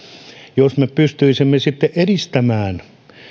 jos me pystyisimme sitten edistämään